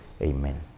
Amen